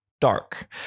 dark